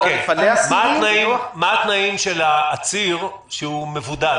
מה התנאים של העציר המבודד?